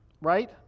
right